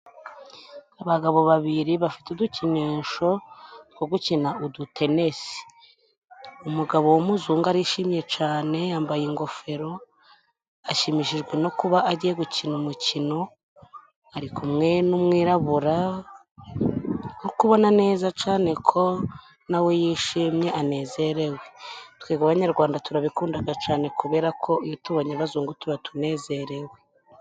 Abagabo babiri bafite udukinisho two gukina udutenesi. Umugabo w'umuzungu arishimye cane, yambaye ingofero, ashimishijwe no kuba agiye gukina umukino, ari kumwe n'umwirabura, nk'uko ubona neza cane ko na we yishimye anezerewe. Twebwe abanyarwanda turabikundaga cane kubera ko iyo tubonye abazungu tuba tunezerewe.